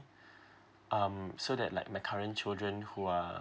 um so that like my current children who are